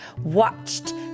watched